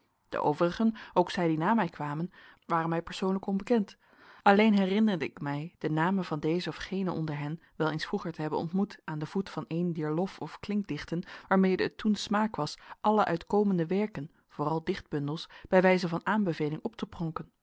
de overigen ook zij die na mij kwamen waren mij persoonlijk onbekend alleen herinnerde ik mij de namen van dezen of genen onder hen wel eens vroeger te hebben ontmoet aan den voet van een dier lof of klinkdichten waarmede het toen smaak was alle uitkomende werken vooral dichtbundels bij wijze van aanbeveling op te pronken